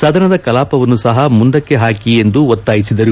ಸದನದ ಕಲಾಪವನ್ನು ಸಹ ಮುಂದಕ್ಕೆ ಹಾಕಿ ಎಂದು ಒತ್ತಾಯಿಸಿದರು